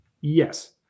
Yes